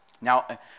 Now